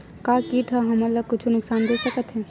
का कीट ह हमन ला कुछु नुकसान दे सकत हे?